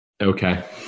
Okay